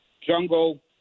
Jungle